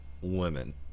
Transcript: women